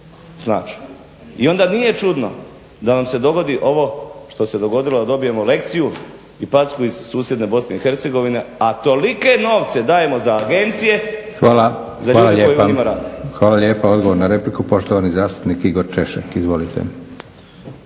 I onda nije čudno da nam se dogodi ovo što se dogodilo da dobijemo lekciju i packu iz susjedne BiH, a tolike novce dajemo za agencije, za ljude koji u njima rade. **Leko, Josip (SDP)** Hvala lijepa. Odgovor na repliku, poštovani zastupnik Igor Češek. Izvolite.